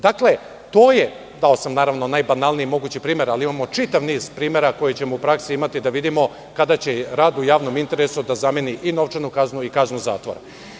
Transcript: Dao sam, naravno, najbanalniji mogući primer, ali imamo čitav niz primera koje ćemo u praksi imati da vidimo, kada će rad u javnom interesu da zameni i novčanu kaznu i kaznu zatvora.